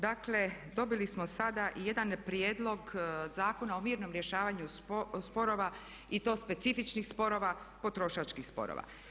Dakle, dobili smo sada i jedan prijedlog zakona o mirnom rješavanju sporova i to specifičnih sporova, potrošačkih sporova.